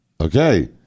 Okay